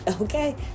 okay